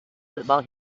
football